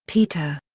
peter.